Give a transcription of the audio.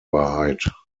wahrheit